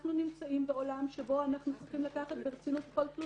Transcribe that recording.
אנחנו נמצאים בעולם שבו אנחנו צריכים לקחת ברצינות כל תלונה כזאת.